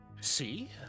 see